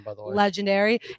legendary